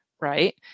right